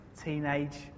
teenage